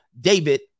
David